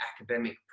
academic